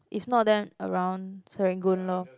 if not then around Serangoon lor